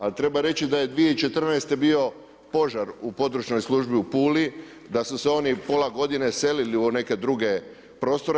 Ali treba reći da je 2014. bio požar u područnoj službi u Puli, da su se oni pola godine selili u neke druge prostore.